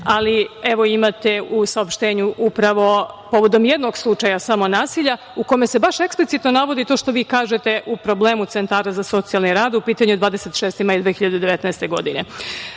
ali evo, imate u saopštenju, upravo povodom jednog slučaja nasilja, u kome se baš eksplicitno navodi baš to što vi kažete o problemu centara za socijalni rad, u pitanju je 26. maj 2019.